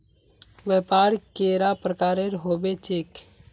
व्यापार कैडा प्रकारेर होबे चेक?